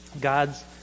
God's